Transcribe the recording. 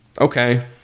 okay